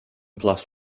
plus